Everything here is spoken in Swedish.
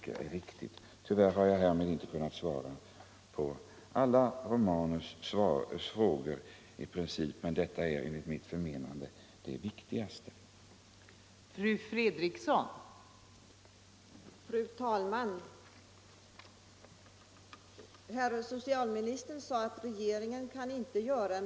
Nr 132 Tyvärr har jag inte kunnat svara på alla herr Romanus” frågor, men Måndagen den detta är enligt mitt förmenande det viktigaste. 2 december 1974